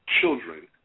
children